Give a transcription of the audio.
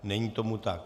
Není tomu tak.